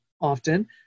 often